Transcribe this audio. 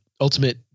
ultimate